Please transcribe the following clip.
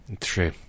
true